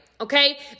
Okay